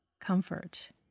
comfort